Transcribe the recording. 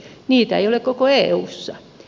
niitä ei ole koko eussa